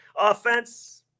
Offense